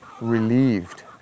relieved